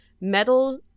Metal